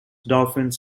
dolphins